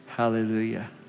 hallelujah